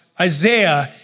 Isaiah